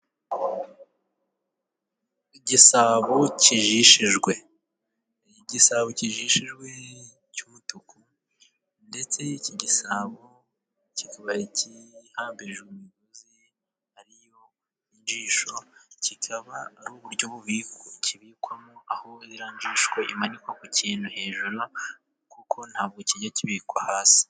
Igisabo kijishijwe. Igisabo kijishijwe cy'umutuku, ndetse iki gisabo kikaba gihambirijwe imigozi ari yo injishi, kikaba ari uburyo kibikwamo, aho iriya njishi imanikwa ku kintu hejuru kuko ntabwo kijya kibikwa hasi.